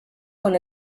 con